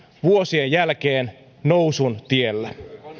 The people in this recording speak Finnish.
vuosien jälkeen nousun tiellä